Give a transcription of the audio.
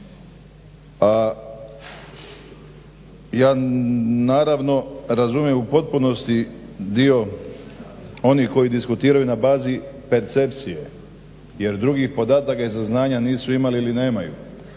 A ja naravno razumijem u potpunosti dio onih koji diskutiraju na bazi percepcije jer drugih podataka i saznanja nisu imali ili nemaju